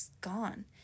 gone